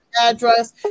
Address